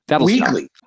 Weekly